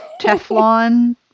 teflon